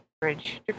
Bridge